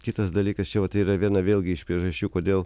kitas dalykas čia vat yra viena vėlgi iš priežasčių kodėl